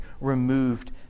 removed